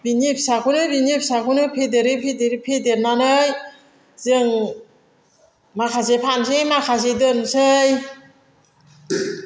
बिनि फिसाखौनो बैनि फिसाखौनो फेदेरै फेदेरै फेदेरनानै जों माखासे फानसै माखासे दोनसै